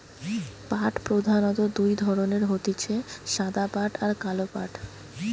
পাট প্রধানত দুই ধরণের হতিছে সাদা পাট আর কালো পাট